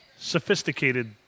Sophisticated